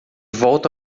volta